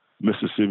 Mississippi